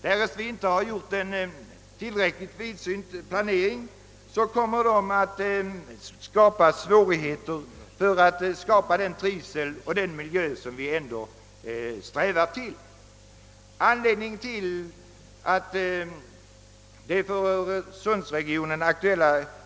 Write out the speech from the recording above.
Om vi inte har gjort en tillräckligt vidsynt planering, kommer denna bebyggelse att skapa svårigheter för att åstadkomma den miljö som vi ändå ur trivselsynpunkt strävar till.